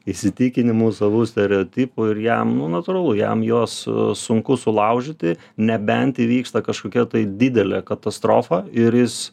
įsitikinimų savų stereotipų ir jam nu natūralu jam juos sunku sulaužyti nebent įvyksta kažkokia tai didelė katastrofa ir jis